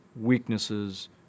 weaknesses